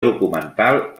documental